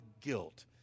guilt